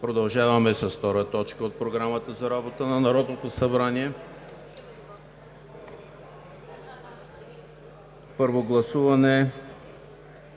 Продължаваме с втора точка от Програмата за работа на Народното събрание: ПЪРВО ГЛАСУВАНЕ